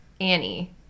Annie